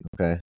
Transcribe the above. okay